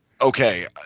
Okay